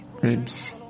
ribs